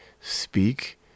speak